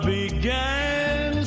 began